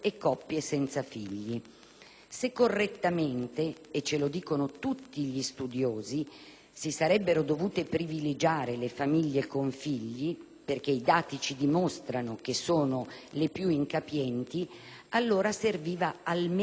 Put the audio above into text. Se correttamente - e ce lo dicono tutti gli studiosi - si volevano privilegiare le famiglie con figli, dal momento che i dati dimostrano che sono le più incapienti, allora serviva almeno un correttivo: